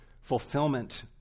fulfillment